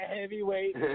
heavyweight